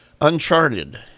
Uncharted